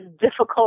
difficult